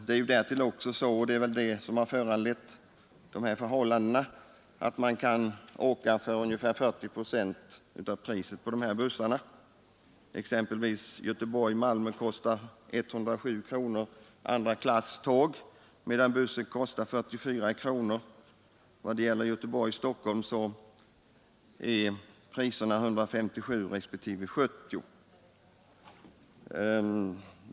Det är ju därtill också så — och det är väl det som föranlett dessa förhållanden — att biljettpriserna på dessa busslinjer är ungefär 40 procent av biljettpriserna för motsvarande sträckor med tåg. En resa Göteborg--Malmö kostar exempelvis 107 kronor med andraklasståg medan det med buss kostar 44 kronor. Biljetterna för sträckan Göteborg—-Stockholm kostar 157 kronor respektive 70 kronor.